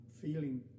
feeling